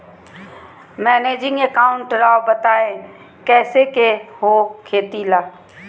Managing account राव बताएं कैसे के हो खेती ला?